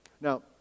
Now